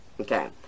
Okay